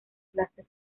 clases